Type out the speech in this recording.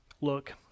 look